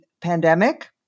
pandemic